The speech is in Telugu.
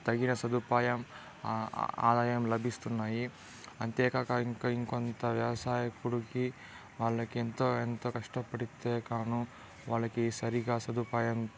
తగిన సదుపాయం ఆ ఆదాయం లభిస్తున్నాయి అంతేకాక ఇంకా ఇంకొంత వ్యవసాయకుడుకి వాళ్లకి ఎంతో ఎంతో కష్టపడితే కానో వాళ్లకి సరిగ్గా సదుపాయం